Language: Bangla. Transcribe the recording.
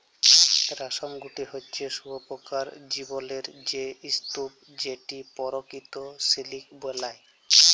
রেশমের গুটি হছে শুঁয়াপকার জীবলের সে স্তুপ যেট পরকিত সিলিক বেলায়